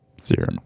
zero